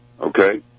okay